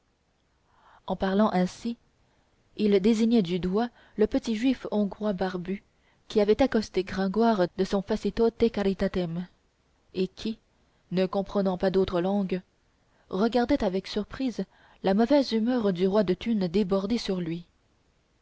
en parlant ainsi il désignait du doigt le petit juif hongrois barbu qui avait accosté gringoire de son facitote caritatem et qui ne comprenant pas d'autre langue regardait avec surprise la mauvaise humeur du roi de thunes déborder sur lui